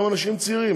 גם אנשים צעירים,